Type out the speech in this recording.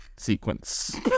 sequence